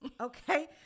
okay